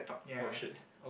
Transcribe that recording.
!oh-shit!